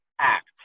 act